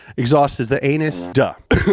exhaust is the anus, duh.